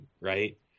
right